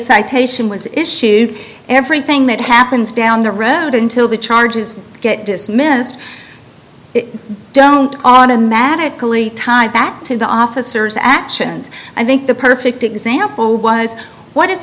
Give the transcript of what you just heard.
citation was issued everything that happens down the road until the charges get dismissed don't automatically time back to the officers actions i think the perfect example was what if